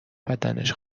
بدنش